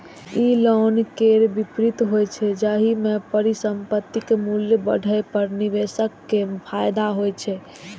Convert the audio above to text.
ई long केर विपरीत होइ छै, जाहि मे परिसंपत्तिक मूल्य बढ़ै पर निवेशक कें फायदा होइ छै